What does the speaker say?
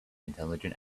intelligent